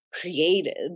created